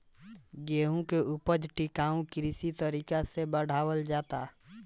गेंहू के ऊपज टिकाऊ कृषि तरीका से बढ़ावल जाता